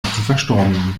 verstorbenen